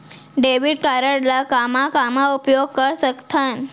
Debit card ला कामा कामा उपयोग कर सकथन?